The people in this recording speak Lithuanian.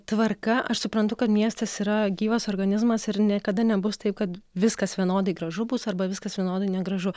tvarka aš suprantu kad miestas yra gyvas organizmas ir niekada nebus taip kad viskas vienodai gražu bus arba viskas vienodai negražu